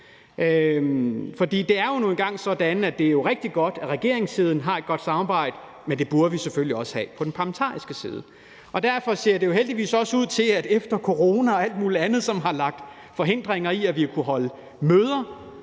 Det er jo nu engang sådan, at det jo er rigtig godt, at regeringssiden har et godt samarbejde, men at det burde vi selvfølgelig også have på den parlamentariske side. Det ser jo heldigvis også ud til, at vi nu – efter corona og alt muligt andet, som har lagt forhindringer i vejen for, at vi kunne holde møder